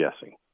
guessing